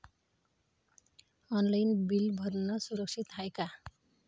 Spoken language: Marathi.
ऑनलाईन बिल भरनं सुरक्षित हाय का?